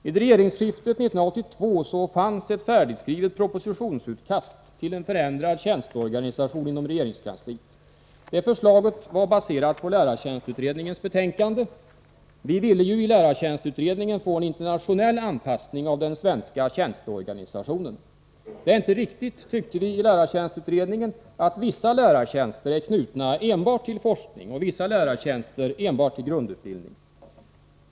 Vid regeringsskiftet 1982 fanns inom regeringskansliet ett färdigskrivet propositionsutkast till en förändrad tjänsteorganisation. Det förslaget var baserat på lärartjänstutredningens betänkande. Vi ville få en internationell anpassning av den svenska tjänsteorganisationen. Det är inte riktigt, tycker vi, att vissa lärartjänster är knutna enbart till forskning och vissa lärartjänster enbart till grundutbildning.